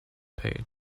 page